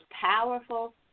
powerful